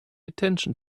attention